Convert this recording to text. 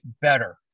better